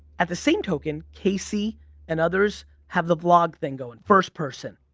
at the same token casey and others have the vlog thing going. first person.